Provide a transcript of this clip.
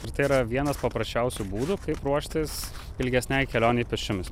ir tai yra vienas paprasčiausių būdų kaip ruoštis ilgesnei kelionei pėsčiomis